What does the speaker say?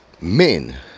men